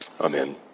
Amen